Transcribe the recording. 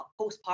postpartum